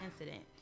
incident